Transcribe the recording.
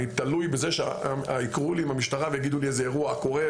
אני תלוי בזה שיקראו לי מהמשטרה ויגידו לי איזה אירוע קורה,